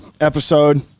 episode